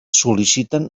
sol·liciten